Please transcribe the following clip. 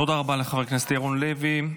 תודה רבה לחבר הכנסת ירון לוי.